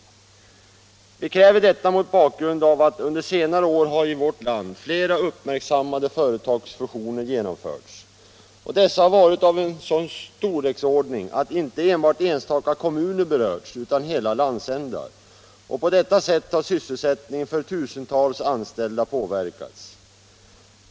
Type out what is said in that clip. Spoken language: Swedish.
Vi kräver detta mot bakgrund av att flera uppmärksammade företagsfusioner under senare år har genomförts i vårt land. Dessa har varit av en sådan storleksordning att inte enbart enstaka kommuner berörts, utan hela landsändar. På detta vis har sysselsättningen för tusentals anställda påverkats.